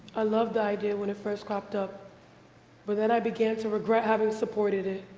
i love the idea when it first popped up but then i began to regret having supported it.